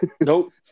Nope